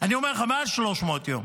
אני אומר לך, מעל 300 יום,